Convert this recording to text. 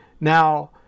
Now